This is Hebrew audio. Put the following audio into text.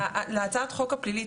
להצעת החוק הפלילי,